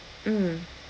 mm